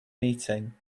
meeting